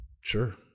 Sure